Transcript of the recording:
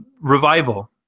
revival